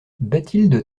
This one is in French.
bathilde